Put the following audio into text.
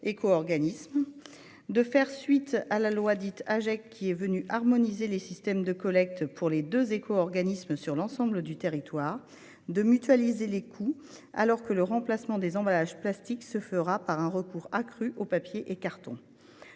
éco-organisme. Puis, faire suite à la loi Agec, qui est venue harmoniser les systèmes de collecte des déchets pour les deux éco-organismes sur l'ensemble du territoire. Enfin, mutualiser les coûts, alors que le remplacement des emballages plastiques se fera par un recours accru aux papiers et cartons.